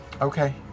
Okay